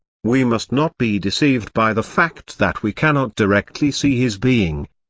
we must not be deceived by the fact that we cannot directly see his being.